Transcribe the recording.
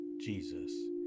Jesus